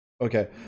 Okay